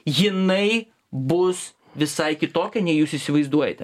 jinai bus visai kitokia nei jūs įsivaizduojate